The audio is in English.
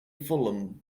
fulham